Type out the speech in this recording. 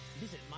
Visit